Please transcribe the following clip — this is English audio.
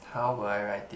how would I write it